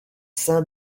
saint